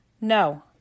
No